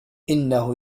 إنه